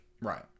Right